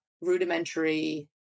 rudimentary